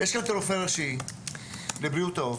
הרופא הראשי לבריאות העוף,